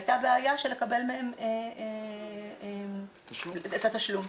הייתה בעיה לקבל מהם את התשלום.